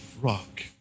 rock